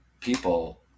people